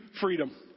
freedom